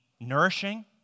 nourishing